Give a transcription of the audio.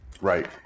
Right